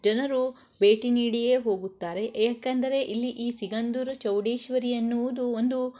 ಜನರು ಭೇಟಿ ನೀಡಿಯೇ ಹೋಗುತ್ತಾರೆ ಏಕೆಂದರೆ ಇಲ್ಲಿ ಈ ಸಿಗಂದೂರು ಚೌಡೇಶ್ವರಿ ಅನ್ನುವುದು ಒಂದು